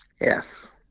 yes